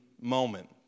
moment